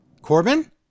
Corbin